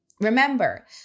Remember